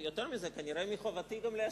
יותר מזה, כנראה מחובתי גם להשיב.